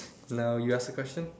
now you ask the question